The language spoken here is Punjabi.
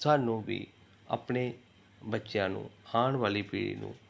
ਸਾਨੂੰ ਵੀ ਆਪਣੇ ਬੱਚਿਆਂ ਨੂੰ ਆਉਣ ਵਾਲੀ ਪੀੜ੍ਹੀ ਨੂੰ